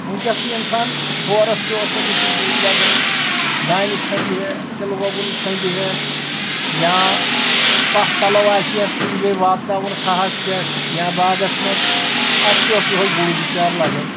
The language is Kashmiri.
ؤنکیٚس چھُ انسان بورس تہِ اوس أمِس یہِ گُر لگان دانہِ چھومبہِ ہا تِلہٕ گۄگُل چھومبہِ ہا یاں پہہ پلو آسٮ۪س کُنہِ جایہِ واتناوُن کھہس پٮ۪ٹھ یا باغس منٛز اتھ تہِ اوس یِہوے گُر بچار لگان